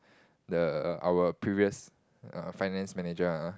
the our previous finance manager ah